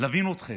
להבין אתכם,